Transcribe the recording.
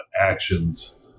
actions